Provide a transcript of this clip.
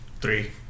Three